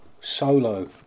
solo